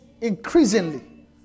Increasingly